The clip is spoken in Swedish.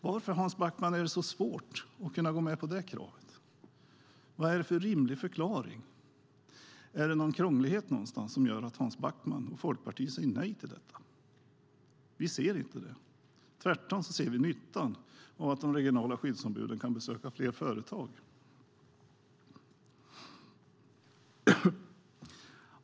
Varför, Hans Backman, är det så svårt att gå med på det kravet? Finns det en rimlig förklaring? Finns det något krångligt som gör att Hans Backman och Folkpartiet säger nej till detta? Tvärtom ser vi nyttan av att de regionala skyddsombuden kan besöka fler företag.